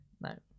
No